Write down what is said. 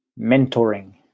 mentoring